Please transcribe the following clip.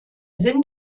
sind